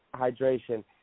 hydration